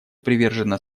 привержена